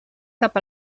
cap